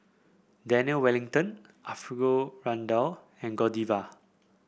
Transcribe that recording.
Daniel Wellington Alfio Raldo and Godiva